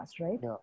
right